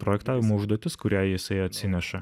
projektavimo užduotis kurią jisai atsineša